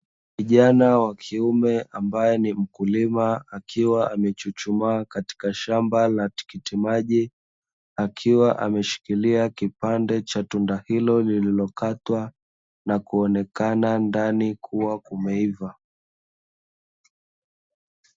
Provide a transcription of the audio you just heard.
Kijana wa kiume ambaye ni mkulima akiwa amechuchuma katika shamba la tikiti maji, akiwa ameshikilia kipande cha tunda hilo lilikokatwa na kuonekana ndani kuwa kumeiva.